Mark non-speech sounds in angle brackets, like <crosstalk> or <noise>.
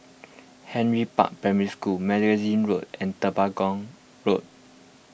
Henry Park Primary School Magazine Road and <unintelligible> Road